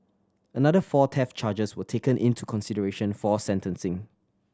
another four theft charges were taken into consideration for sentencing